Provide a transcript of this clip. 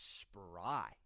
spry